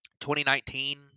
2019